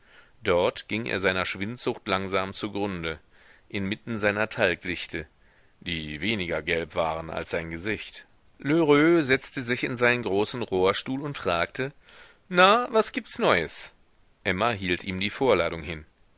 dort ging er seiner schwindsucht langsam zugrunde inmitten seiner talglichte die weniger gelb waren als sein gesicht lheureux setzte sich in seinen großen rohrstuhl und fragte na was gibts neues emma hielt ihm die vorladung hin